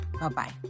Bye-bye